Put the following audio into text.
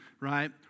right